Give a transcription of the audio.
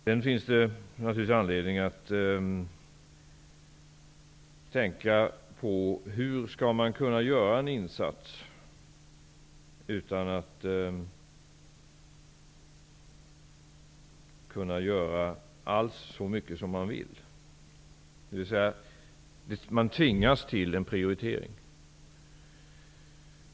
Det finns naturligtvis anledning att tänka på hur man skall göra en insats utan att kunna göra alls så mycket som man vill. Man tvingas till en prioritering.